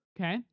Okay